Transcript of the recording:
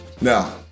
now